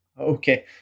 Okay